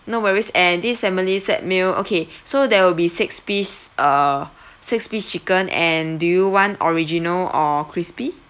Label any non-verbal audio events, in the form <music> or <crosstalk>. no worries and this family set meal okay <breath> so that will be six piece uh <breath> six piece chicken and do you want original or crispy